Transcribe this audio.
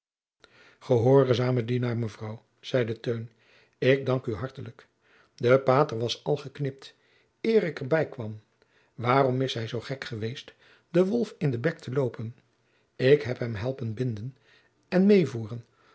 gehoorzame dienaar mevrouw zeide teun ik dank oe hartelijk de pater was al geknipt eer ik er bijkwam waarom is hij zoo gek geweest den wolf in den bek te loopen ik heb hem helpen binden en met voeren